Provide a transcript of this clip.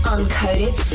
Uncoded